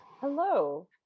Hello